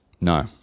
No